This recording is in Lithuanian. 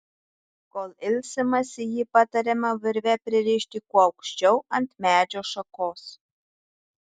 kol ilsimasi jį patariama virve pririšti kuo aukščiau ant medžio šakos